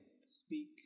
speak